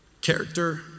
Character